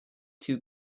too